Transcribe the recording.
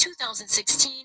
2016